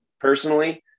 Personally